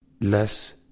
less